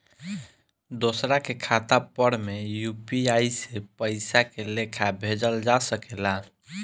दोसरा के खाता पर में यू.पी.आई से पइसा के लेखाँ भेजल जा सके ला?